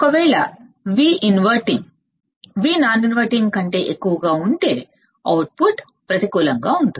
ఒకవేళ Vinverting Vnon inverting కంటే ఎక్కువగా ఉంటే అవుట్పుట్ ప్రతికూలంగా ఉంటుంది